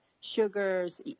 sugars